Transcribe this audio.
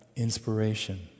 Inspiration